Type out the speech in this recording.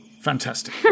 Fantastic